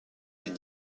est